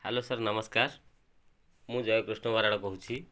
hello sir ନମସ୍କାର ମୁଁ ଜୟକୃଷ୍ଣ ମରାଳ କହୁଛି